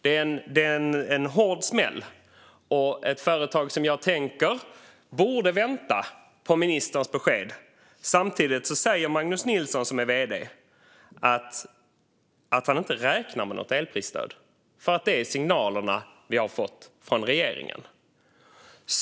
Det är en hård smäll för ett företag som jag tänker borde vänta på ministerns besked. Samtidigt säger Magnus Nilsson, som är vd, att han inte räknar med något elprisstöd, på grund av signalerna man fått från regeringen.